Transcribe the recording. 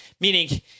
Meaning